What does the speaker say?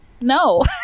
No